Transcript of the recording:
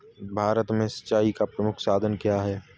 भारत में सिंचाई का प्रमुख साधन क्या है?